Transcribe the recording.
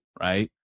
right